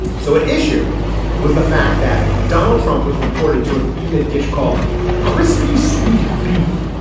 so at issue was the fact that donald trump was reported to have eaten a dish called crispy sweet beef.